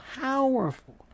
powerful